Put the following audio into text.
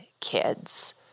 kids